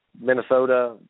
Minnesota